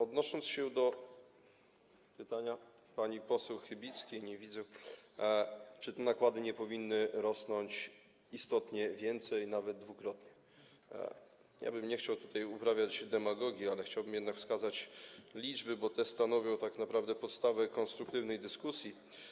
Odnosząc się do pytania pani poseł Chybickiej - nie widzę - czy te nakłady nie powinny rosnąć istotnie więcej, nawet dwukrotnie, ja bym nie chciał tutaj uprawiać demagogii, chciałbym jednak wskazać liczby, bo te stanowią tak naprawdę podstawę konstruktywnej dyskusji.